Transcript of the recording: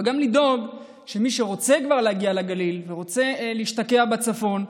אבל גם לדאוג שמי שרוצה להגיע לגליל ורוצה להשתקע בצפון,